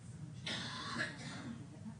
מה זה נקרא שלא יוכל לשמש באותו תפקיד,